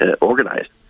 organized